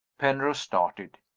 penrose started.